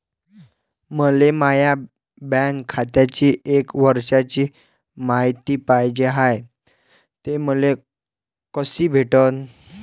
मले माया बँक खात्याची एक वर्षाची मायती पाहिजे हाय, ते मले कसी भेटनं?